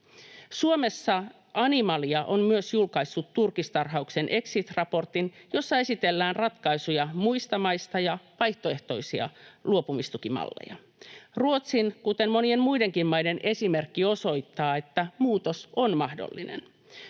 Suomessa Animalia on myös julkaissut turkistarhauksen exit-raportin, jossa esitellään ratkaisuja muista maista ja vaihtoehtoisia luopumistukimalleja. Ruotsin, kuten monien muidenkin maiden, esimerkki osoittaa, että muutos on mahdollinen.